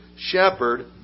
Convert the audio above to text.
shepherd